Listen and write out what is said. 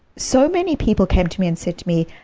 so many people came to me and said to me,